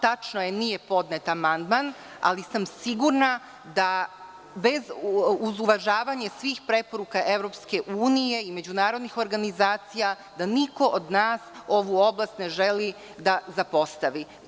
Tačno je, nije podnet amandman, ali sam sigurna, uz uvažavanje svih preporuka Evropske unije i međunarodnih organizacija, da niko od nas ovu oblast ne želi da zapostavi.